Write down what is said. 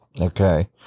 okay